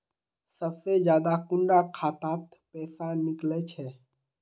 सबसे ज्यादा कुंडा खाता त पैसा निकले छे?